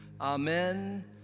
amen